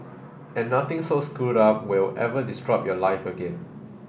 and nothing so screwed up will ever disrupt your life again